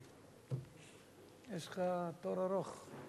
יש לך תור ארוך.